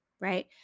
right